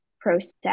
process